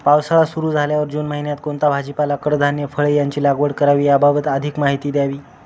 पावसाळा सुरु झाल्यावर जून महिन्यात कोणता भाजीपाला, कडधान्य, फळे यांची लागवड करावी याबाबत अधिक माहिती द्यावी?